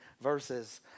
verses